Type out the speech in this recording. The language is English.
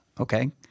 okay